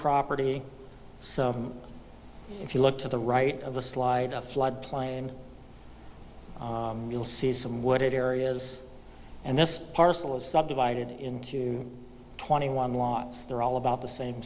property so if you look to the right of the slide of floodplain you'll see some wooded areas and this parcel is subdivided into twenty one lots they're all about the same